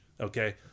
Okay